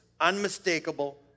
Unmistakable